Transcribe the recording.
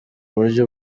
buryo